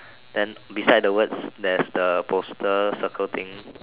then beside the words there's the poster circle thing